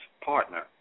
partner